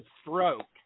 stroke